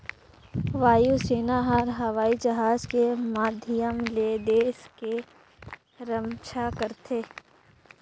वायु सेना हर हवई जहाज के माधियम ले देस के रम्छा करथे